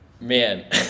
Man